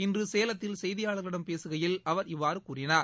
இன்று சேலத்தில் செய்தியாளர்களிடம் பேசுகையில் அவர் இவ்வாறு கூறினார்